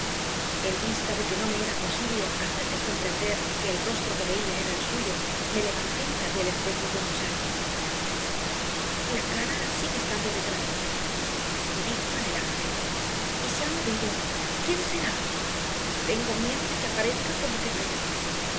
en vista de que no me era posible hacerle comprender que el rostro que veía era el suyo me levanté y tapé el espejo con un chal la cara sigue estando detrás dijo anhelante y se ha movido quién será tengo miedo de que aparezca cuando te vayas